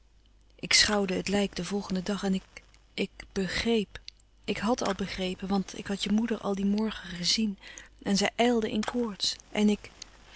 ik schouwde het lijk den volgenden dag en ik ik begreep ik hàd al begrepen want ik had je moeder al dien morgen gezien en zij ijlde in koorts en ik